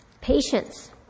Patience